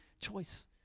choice